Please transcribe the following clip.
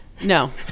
no